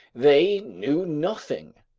they knew nothing.